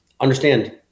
understand